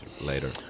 later